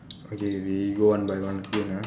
okay we go one by one again ah